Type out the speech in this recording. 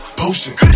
potion